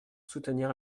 soutenir